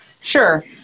sure